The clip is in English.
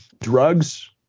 drugs